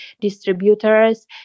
distributors